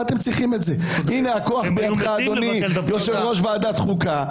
הנה הכוח בידך אדוני יושב-ראש ועדת החוקה.